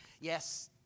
Yes